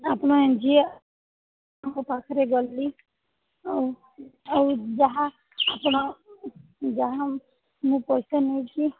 ଆପଣ N G O ତାଙ୍କ ପାଖରେ ଗଲି ଆଉ ଆଉ ଯାହା ଆପଣ ଯାହା ମୁଁ ପଇସା ନେଇଛି